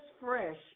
fresh